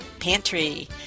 Pantry